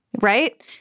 right